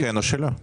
או שכן או שלא.